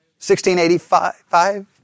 1685